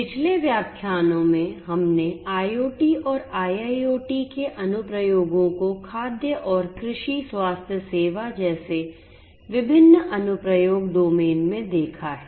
पिछले व्याख्यानों में हमने IoT और IIoT के अनुप्रयोगों को खाद्य और कृषि स्वास्थ्य सेवा जैसे विभिन्न अनुप्रयोग डोमेन में देखा है